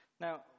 Now